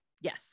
Yes